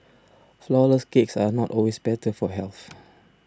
Flourless Cakes are not always better for health